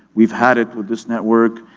we've had it with this network.